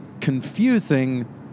confusing